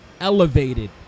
elevated